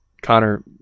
Connor